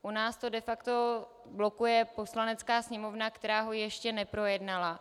U nás to de facto blokuje Poslanecká sněmovna, která ho ještě neprojednala.